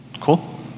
Cool